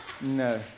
No